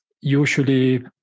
usually